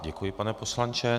Děkuji, pane poslanče.